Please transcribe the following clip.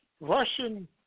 Russian